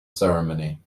ceremony